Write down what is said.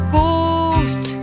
Ghost